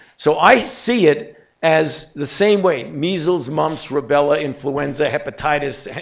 so i see it as the same way measles, mumps, rubella, influenza, hepatitis,